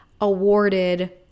awarded